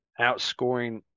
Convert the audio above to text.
outscoring